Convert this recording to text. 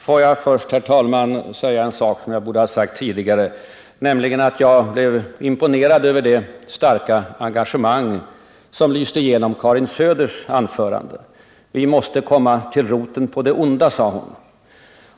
Herr talman! Låt mig först säga en sak som jag borde ha sagt tidigare, nämligen att jag blev imponerad av det starka engagemang som lyste igenom Karin Söders anförande. Vi måste komma till roten på det onda, sade hon.